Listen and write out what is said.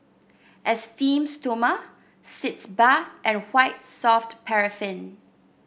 Esteem Stoma Sitz Bath and White Soft Paraffin